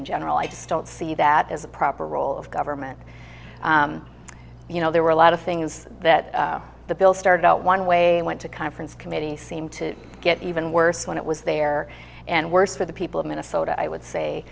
in general i don't see that as a proper role of government you know there were a lot of things that the bill started out one way went to conference committee seem to get even worse when it was there and worse for the people of minnesota i would say